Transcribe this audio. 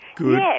Yes